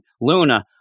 Luna